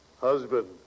Husband